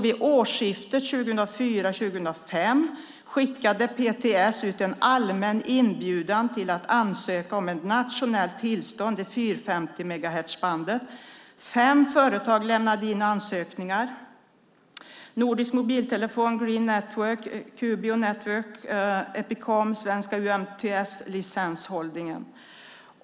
Vid årsskiftet 2004/05 skickade PTS ut en allmän inbjudan till att ansöka om ett nationellt tillstånd i 450-megaherzbandet. Fem företag lämnade in ansökningar, Nordisk Mobiltelefon, Green Network, Cubio Networks, Epicom och Svenska UMTS-licens Holding.